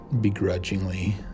begrudgingly